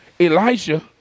Elijah